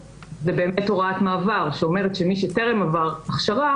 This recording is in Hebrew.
הוראת מעבר שאומרת שמי שטרם עבר הכשרה